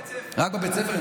לא, רק בבית הספר.